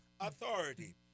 authority